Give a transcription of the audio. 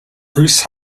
bruce